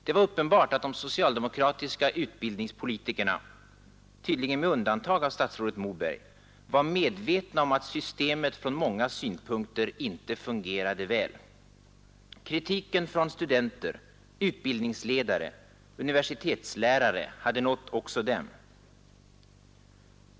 Det var uppenbart att de socialdemokratiska utbildningspolitikerna — tydligen med undantag av statsrådet Moberg — var medvetna om att systemet från många synpunkter inte fungerade väl. Kritiken från studenter, utbildningsledare, universitetslärare hade nått också dem.